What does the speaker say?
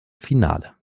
finale